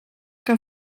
que